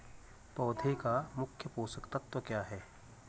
पौधें का मुख्य पोषक तत्व क्या है?